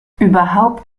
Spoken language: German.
überhaupt